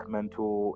Mental